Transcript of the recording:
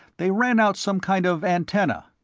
they ran out some kind of antenna.